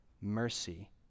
mercy